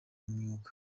myuga